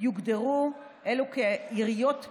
יוגדרו אלו כעיריות בת,